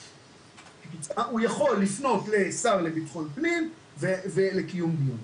הוא יכול לפנות לשר לביטחון פנים ולקיום דיון.